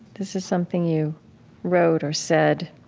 this is something you wrote or said